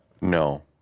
No